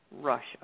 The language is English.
Russia